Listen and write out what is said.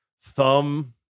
thumb